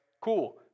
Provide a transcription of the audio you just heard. Cool